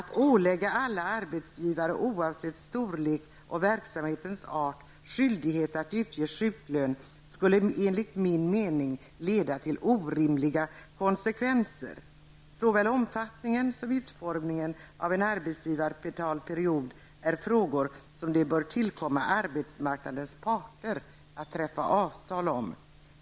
Att ålägga alla arbetsgivare oavsett storlek och verksamhetens art skyldighet att utge sjuklön skulle enligt min mening leda till orimliga konsekvenser. Såväl omfattningen som utformningen av en arbetsgivarbetald period är frågor som det bör tillkomma arbetsmarknadsparterna att träffa avtal om.